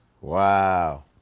Wow